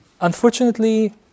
unfortunately